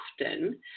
often